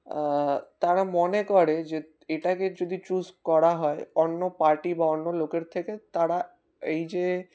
তারা মনে করে যে এটাকে যদি চুজ করা হয় অন্য পার্টি বা অন্য লোকের থেকে তারা এই যে